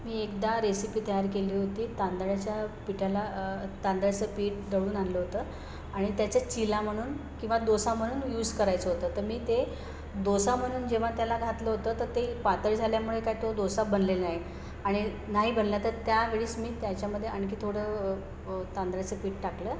मी एकदा रेसिपि तयार केली होती तांदळ्याच्या पिठ्याला तांदळाचं पीठ दळून आणलं होतं आणि त्याच्या चिला म्हणून किंवा डोसा म्हणून यूज करायचं होतं तर मी ते डोसा म्हणून जेव्हा त्याला घातलं होतं तर ते पातळ झाल्यामुळे काही तो डोसा बनलेला नाही आणि नाही बनला तर त्यावेळेस मी त्याच्यामध्ये आणखी थोडं तांदळ्याचं पीठ टाकलं